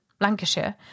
Lancashire